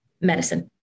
medicine